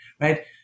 right